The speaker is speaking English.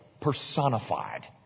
personified